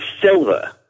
silver